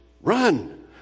run